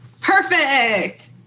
Perfect